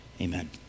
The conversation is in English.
Amen